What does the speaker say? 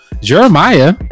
Jeremiah